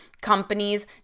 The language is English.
companies